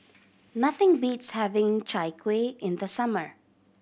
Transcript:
nothing beats having Chai Kueh in the summer